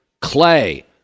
Clay